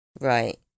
Right